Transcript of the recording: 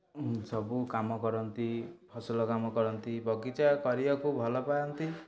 ସବୁ କାମକରନ୍ତି ଫସଲ କାମକରନ୍ତି ବଗିଚା କରିବାକୁ ଭଲପାଆନ୍ତି